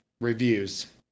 reviews